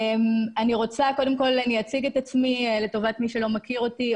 אני אציג את עצמי לטובת מי שלא מכיר אותי.